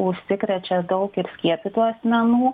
užsikrečia daug ir skiepytų asmenų